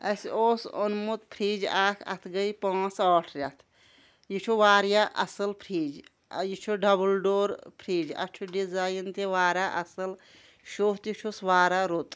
اسہِ اوس اونمُت فرج اکھ اتھ گٔیہِ پانٛژھ ٲٹھ رٮ۪تھ یہِ چھُ واریاہ اصل فرج یہِ چھُ ڈبٕل ڈور فرِج اتھ چھُ ڈزاین تہِ واریاہ اصل شوہ تہِ چھُس واریاہ رُت